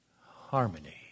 harmony